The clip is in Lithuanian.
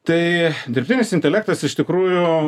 tai dirbtinis intelektas iš tikrųjų